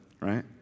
right